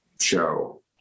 show